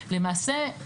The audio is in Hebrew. למעשה,